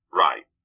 right